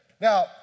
Now